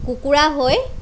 কুকুৰা হৈ